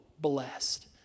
blessed